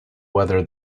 weather